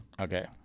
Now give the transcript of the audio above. Okay